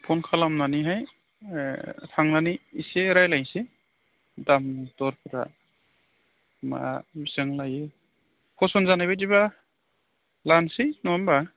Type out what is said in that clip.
phone खालामनानैहाय एह थांनानै एसे रायज्लायनोसै दाम दरफोरा मा बेसेबां लायो पसन्द जानायबायदिबा लानोसै नङा होनबा